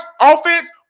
offense